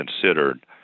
considered